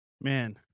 Man